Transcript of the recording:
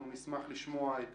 אנחנו נשמח לשמוע את